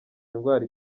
indwara